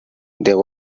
there